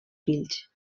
fills